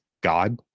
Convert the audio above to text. God